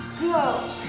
go